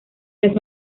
las